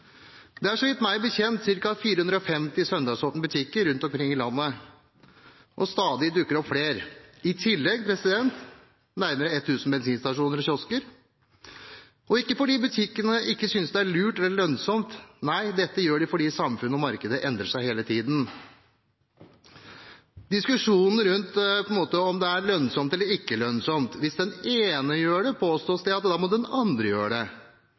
Det er en annerledesdag. Det er meg bekjent ca. 450 søndagsåpne butikker rundt omkring i landet, og det dukker stadig opp flere, i tillegg til nærmere 1 000 bensinstasjoner og kiosker – ikke fordi butikkene synes det er lurt eller lønnsomt, men fordi samfunnet og markedet endrer seg hele tiden. Når det gjelder diskusjonen om det er lønnsomt eller ikke lønnsomt, at hvis den ene gjør det, må den andre gjøre det